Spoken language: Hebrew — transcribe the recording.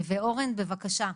אורן, בבקשה.